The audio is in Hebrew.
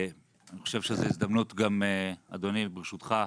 אני חושב שזו הזדמנות, אדוני, ברשותך,